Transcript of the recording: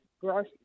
gross